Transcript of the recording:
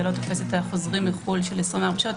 זה לא תופס את החוזרים מחו"ל של 24 שעות,